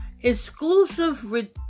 exclusive